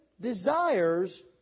desires